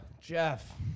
Jeff